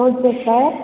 okay sir